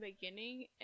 beginning